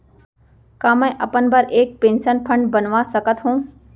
का मैं अपन बर एक पेंशन फण्ड बनवा सकत हो?